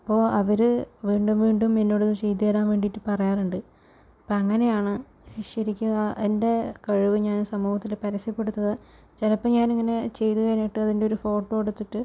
അപ്പോൾ അവർ വീണ്ടും വീണ്ടും എന്നോടത് ചെയ്തു തരാൻ വേണ്ടിയിട്ട് പറയാറുണ്ട് അപ്പോൾ അങ്ങനെയാണ് ശരിക്കും ആ എൻ്റെ കഴിവ് ഞാൻ സമൂഹത്തിൽ പരസ്യപ്പെടുത്തുന്നത് ചിലപ്പോൾ ഞാനിങ്ങനെ ചെയ്തു കഴിഞ്ഞിട്ട് അതിൻ്റെ ഒരു ഫോട്ടോ എടുത്തിട്ട്